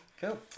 Cool